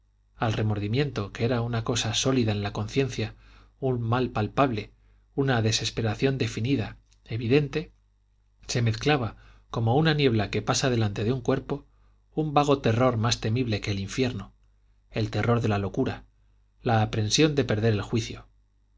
al remordimiento que era una cosa sólida en la conciencia un mal palpable una desesperación definida evidente se mezclaba como una niebla que pasa delante de un cuerpo un vago terror más temible que el infierno el terror de la locura la aprensión de perder el juicio